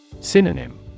Synonym